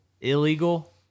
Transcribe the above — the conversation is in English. illegal